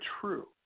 true